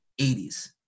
80s